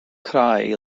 krai